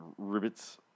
Ribbits